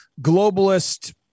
globalist